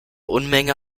unmenge